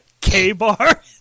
K-Bar